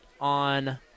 on